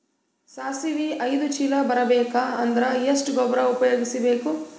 ಸಾಸಿವಿ ಐದು ಚೀಲ ಬರುಬೇಕ ಅಂದ್ರ ಎಷ್ಟ ಗೊಬ್ಬರ ಉಪಯೋಗಿಸಿ ಬೇಕು?